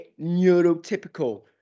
neurotypical